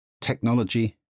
technology